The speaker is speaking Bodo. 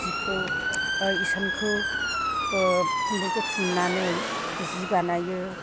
जिखौ इसानखौ खुन्दुंखौ थुननानै जि बानायो